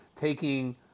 taking